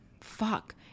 fuck